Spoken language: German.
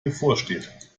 bevorsteht